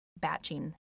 batching